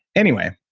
anyway,